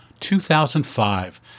2005